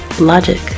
Logic